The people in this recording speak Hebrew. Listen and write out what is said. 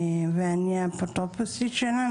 ואני האפוטרופוסית שלה,